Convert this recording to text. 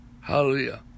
Hallelujah